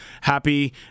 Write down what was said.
happy